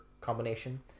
combination